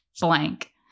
blank